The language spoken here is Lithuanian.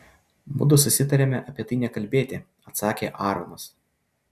mudu susitarėme apie tai nekalbėti atsakė aaronas